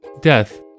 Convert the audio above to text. death